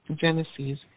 Genesis